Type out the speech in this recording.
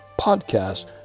podcast